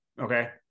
Okay